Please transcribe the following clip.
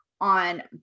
on